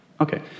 Okay